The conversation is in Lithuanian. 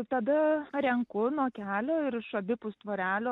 tada renku nuo kelio ir iš abipus tvorelio